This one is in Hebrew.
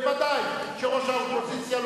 בוודאי ראש האופוזיציה,